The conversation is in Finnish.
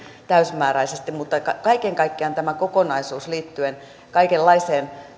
täysimääräisesti mutta kaiken kaikkiaan mielestäni tämä kokonaisuus liittyen kaikenlaiseen